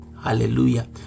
hallelujah